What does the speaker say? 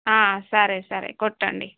సరే సరే కొట్టండి